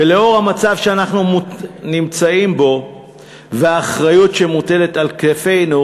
ולאור המצב שאנחנו נמצאים בו והאחריות שמוטלת על כתפינו,